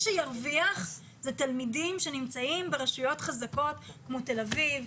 שירוויח אלה תלמידים שנמצאים ברשויות חזקות כמו תל אביב,